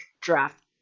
draft